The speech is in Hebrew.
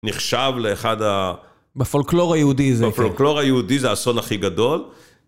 נחשב לאחד ה... בפולקלור היהודי זה כן. בפולקלור היהודי זה האסון הכי גדול.